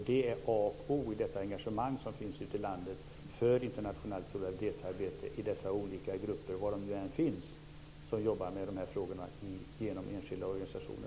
Det är A och O i detta sammanhang som finns ute i landet för internationellt solidaritetsarbete i dessa olika grupper, var de nu än finns, som jobbar med de här frågorna genom enskilda organisationer.